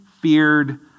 feared